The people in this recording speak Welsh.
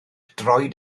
droed